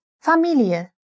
familie